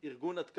ארגון עד כאן,